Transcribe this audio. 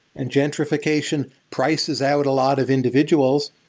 and gentrification prices out a lot of individuals,